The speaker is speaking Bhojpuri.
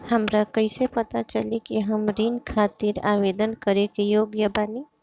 हमरा कईसे पता चली कि हम ऋण खातिर आवेदन करे के योग्य बानी?